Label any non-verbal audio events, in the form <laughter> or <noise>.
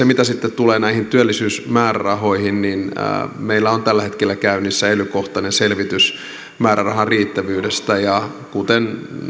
<unintelligible> mitä sitten tulee näihin työllisyysmäärärahoihin niin meillä on tällä hetkellä käynnissä ely kohtainen selvitys määrärahan riittävyydestä ja kuten